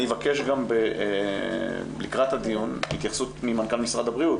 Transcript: אני אבקש לקראת הדיון התייחסות ממנכ"ל משרד הבריאות,